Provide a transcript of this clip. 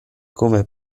come